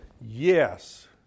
yes